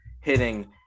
hitting